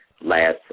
last